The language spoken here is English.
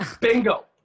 Bingo